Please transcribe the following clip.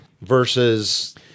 versus